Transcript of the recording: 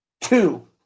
two